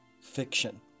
fiction